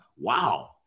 Wow